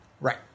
right